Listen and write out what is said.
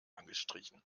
angestrichen